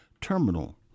Terminal